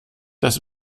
das